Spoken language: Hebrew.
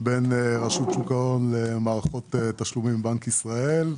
בין רשות שוק ההון לבין מערכות התשלומים בבנק ישראל.